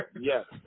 Yes